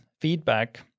feedback